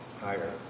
higher